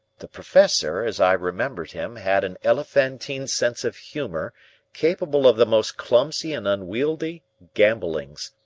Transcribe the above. the professor, as i remembered him, had an elephantine sense of humour capable of the most clumsy and unwieldly gambollings.